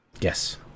yes